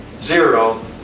zero